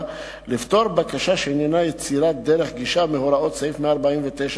לפטור בקשה שעניינה יצירת דרך גישה מהוראות סעיף 149,